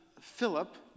Philip